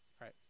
right